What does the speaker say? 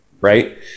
right